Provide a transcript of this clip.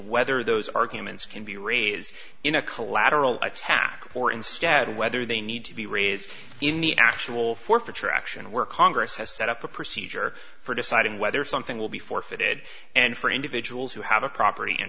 whether those arguments can be raised in a collateral attack or instead whether they need to be raised in the actual forfeiture action work congress has set up a procedure for deciding whether something will be forfeited and for individuals who have a property in